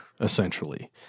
essentially